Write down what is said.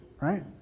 Right